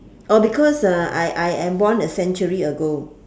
oh because I I am born a century ago